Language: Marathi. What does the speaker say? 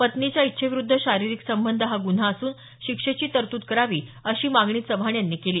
पत्नीच्या इच्छेविरुद्ध शारीरिक संबंध हा गुन्हा मानून शिक्षेची तरतूद करावी अशी मागणी चव्हाण यांनी केली